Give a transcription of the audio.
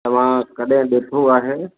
तव्हां कॾहिं ॾिठो आहे